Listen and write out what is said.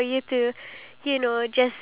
no I haven't